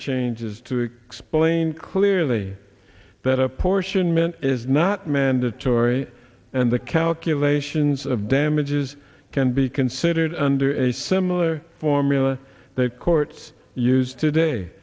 changes to explain clearly that apportionment is not mandatory and the calculations of damages can be considered under a similar formula the courts use today